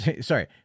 sorry